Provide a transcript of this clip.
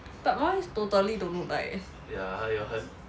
but mine is totally don't look like eh